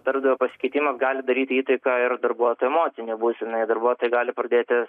darbdavio pasikeitimas gali daryti įtaką ir darbuotojų emocijom buvę seni darbuotojai gali pradėti